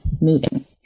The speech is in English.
moving